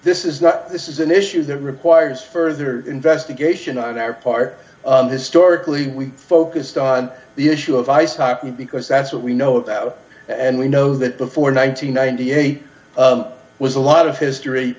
this is not this is an issue that requires further investigation on our part historically we focused on the issue of ice hockey because that's what we know about and we know that before nine hundred and ninety eight was a lot of history